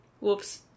Whoops